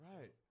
Right